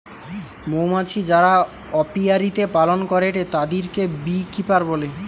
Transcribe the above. মৌমাছি যারা অপিয়ারীতে পালন করেটে তাদিরকে বী কিপার বলে